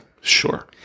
sure